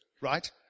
right